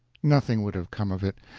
nothing would have come of it,